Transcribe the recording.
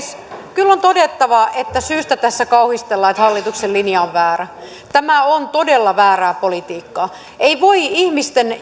kyllä on todettava että syystä tässä kauhistellaan että hallituksen linja on väärä tämä on todella väärää politiikkaa ei voi ihmisten